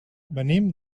venim